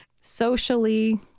Socially